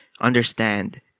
understand